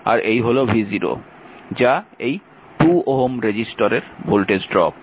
আর এই হল v0 যা এই 2 Ω রেজিস্টরের ভোল্টেজ ড্রপ